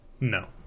no